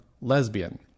lesbian